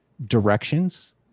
directions